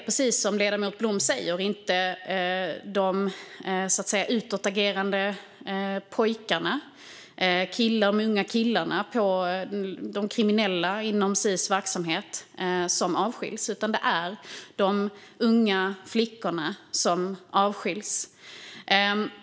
Precis som ledamoten Blom säger är det inte de utåtagerande pojkarna, de unga kriminella killarna inom Sis verksamhet, som avskiljs. Det är de unga flickorna som avskiljs.